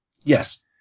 Yes